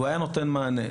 והוא היה נותן את המענה.